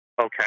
Okay